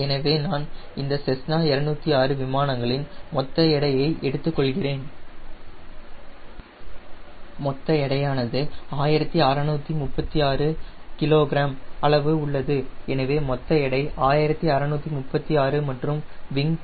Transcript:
எனவே நான் இந்த செஸ்னா 206 விமானங்களின் மொத்த எடையை எடுத்துக்கொள்கிறேன் மொத்த எடையானது 1636 kg அளவு உள்ளது எனவே மொத்த எடை 1636 kg மற்றும் விங் பரப்பு 16